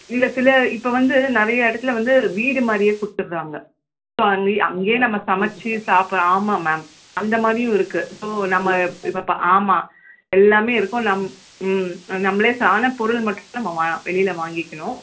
இல்லை சில இப்போ வந்து நிறைய இடத்துல வந்து வீடு மாதிரியே கொடுத்துர்றாங்க ஸோ அங்கே அங்கேயே நம்ம சமைத்து சாப்புடுற ஆமாம் மேம் அந்தமாதிரியும் இருக்குது ஸோ நம்ம இப்போ பா ஆமாம் எல்லாமே இருக்கும் நம் ம் நம்மளே ஆனால் பொருள் மட்டும் நம்ம வா வெளியில வாங்கிக்கணும்